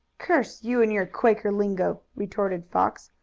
curse you and your quaker lingo! retorted fox,